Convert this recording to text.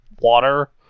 water